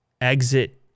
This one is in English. exit